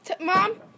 mom